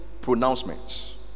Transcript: pronouncements